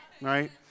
Right